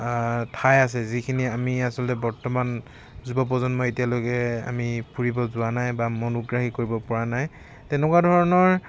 ঠাই আছে যিখিনি আমি আচলতে আমি বৰ্তমান যুৱ প্ৰজন্মই এতিয়ালৈকে আমি ফুৰিব যোৱা নাই বা মনোগ্ৰাহী কৰিব পৰা নাই তেনেকুৱা ধৰণৰ